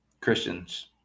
Christians